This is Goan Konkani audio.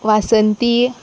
वासंती